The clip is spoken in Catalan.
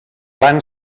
van